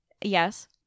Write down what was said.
Yes